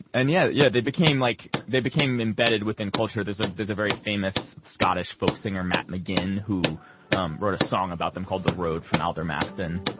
and yeah yeah they became like they became embedded within culture. there's ah there's a very famous scottish folk singer, matt mcginn, who wrote a song about them called on the road from aldermaston.